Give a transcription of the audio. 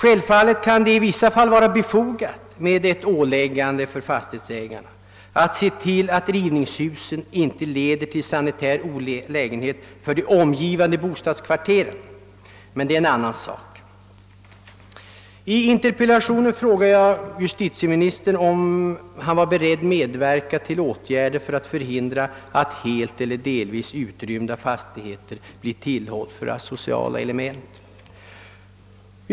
Givetvis kan det i vissa fall vara befogat med ett åläggande för fastighetsägaren att se till att rivningshusen inte leder till sanitär olägenhet för de om givande bostadskvarteren — men det är en annan sak. I interpellationen frågade jag justitieministern, om han var beredd att medverka till åtgärder för att förhindra att helt eller delvis utrymda fastigheter blir tillhåll för asociala element.